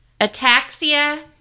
ataxia